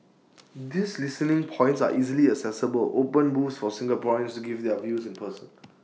these listening points are easily accessible open booths for Singaporeans to give their views in person